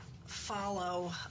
Follow